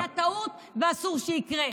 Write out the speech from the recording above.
היה טעות, ואסור שיקרה.